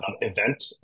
event